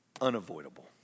unavoidable